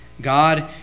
God